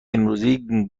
امروزی